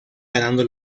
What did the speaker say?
ganando